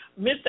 Mr